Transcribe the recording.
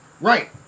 right